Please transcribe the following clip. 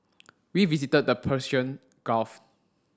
we visited the Persian Gulf